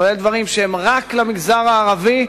כולל דברים שהם רק למגזר הערבי,